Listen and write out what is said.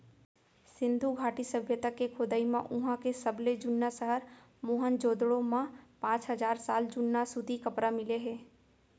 सिंधु घाटी सभ्यता के खोदई म उहां के सबले जुन्ना सहर मोहनजोदड़ो म पांच हजार साल जुन्ना सूती कपरा मिले हे